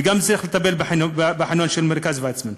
וצריך גם לטפל בחניון של מרכז ויצמן.